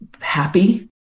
happy